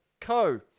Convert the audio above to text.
co